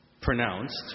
pronounced